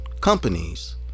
companies